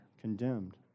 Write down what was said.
condemned